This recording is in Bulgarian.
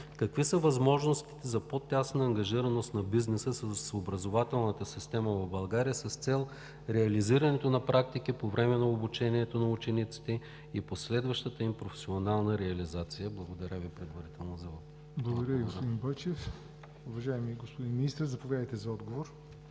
Какви са възможностите за по-тясна ангажираност на бизнеса с образователната система в България с цел реализиране на практики по време на обучението на учениците и последващата им професионална реализация? Благодаря Ви предварително за отговора.